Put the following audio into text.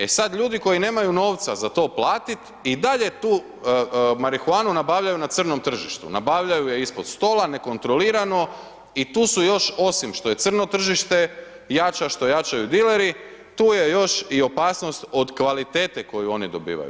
E sad ljudi koji nemaju novca za to platit i dalje tu marihuanu nabavljaju na crnom tržištu, nabavljaju je ispod stola, nekontrolirano i tu su još osim što je crno tržište, jača, što jačaju dileri, tu je još i opasnost od kvalitete koju oni dobivaju.